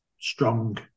strong